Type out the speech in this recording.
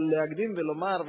אבל להקדים ולומר,